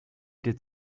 did